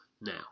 now